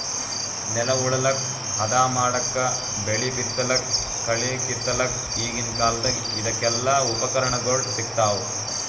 ನೆಲ ಉಳಲಕ್ಕ್ ಹದಾ ಮಾಡಕ್ಕಾ ಬೆಳಿ ಬಿತ್ತಲಕ್ಕ್ ಕಳಿ ಕಿತ್ತಲಕ್ಕ್ ಈಗಿನ್ ಕಾಲ್ದಗ್ ಇದಕೆಲ್ಲಾ ಉಪಕರಣಗೊಳ್ ಸಿಗ್ತಾವ್